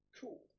Cool